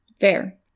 Fair